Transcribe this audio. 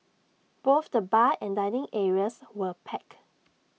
both the bar and dining areas were packed